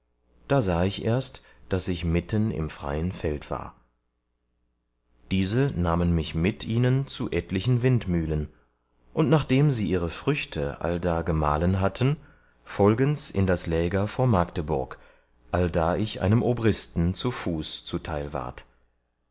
da sahe ich erst daß ich mitten im freien feld war diese nahmen mich mit ihnen zu etlichen windmühlen und nachdem sie ihre früchte allda gemahlen hatten folgends in das läger vor magdeburg allda ich einem obristen zu fuß zuteil ward